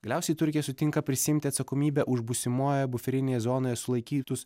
galiausiai turkija sutinka prisiimti atsakomybę už būsimojoje buferinėje zonoje sulaikytus